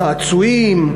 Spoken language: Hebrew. צעצועים,